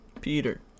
Peter